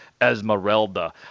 Esmeralda